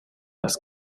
las